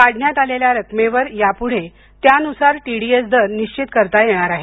काढण्यात आलेल्या रकमेवर यापुढे त्यानुसार टीडीएस दर निश्वित करता येणार आहे